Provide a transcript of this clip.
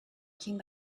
came